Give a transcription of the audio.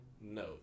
No